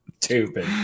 Stupid